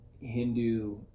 Hindu